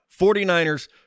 49ers